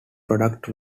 products